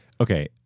okay